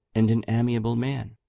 and an amiable man,